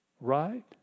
Right